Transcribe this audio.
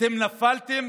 אתם נפלתם